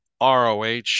ROH